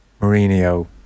Mourinho